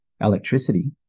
electricity